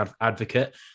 advocate